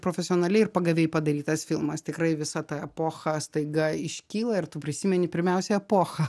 profesionaliai ir pagaviai padarytas filmas tikrai visa ta epocha staiga iškyla ir tu prisimeni pirmiausia epochą